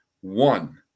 One